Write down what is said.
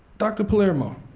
dr. palermo,